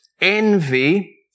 envy